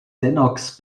lennox